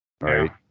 Right